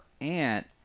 aunt